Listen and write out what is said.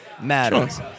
matters